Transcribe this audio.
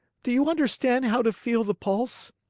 do you understand how to feel the pulse?